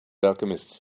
alchemists